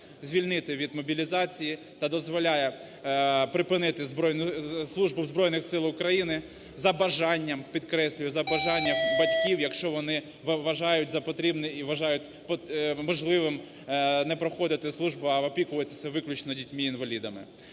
звільнити від мобілізації та дозволяє припинити службу в Збройних Силах України за бажанням, підкреслюю, за бажанням батьків, якщо вони вважають за потрібне і вважають можливим не проходити службу, а опікуватися виключно дітьми-інвалідами.